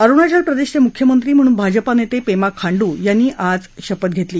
अरुणाचल प्रदेशचे मुख्यमंत्री म्हणून भाजपा नेते पेमा खांडू यांनी आज शपथ घेतली